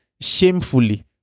shamefully